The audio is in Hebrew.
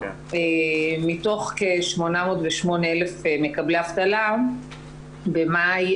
מתוך כ-808,000 מקבלי אבטלה במאי